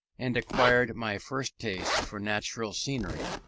and acquired my first taste for natural scenery,